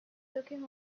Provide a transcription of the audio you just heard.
looking